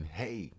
hey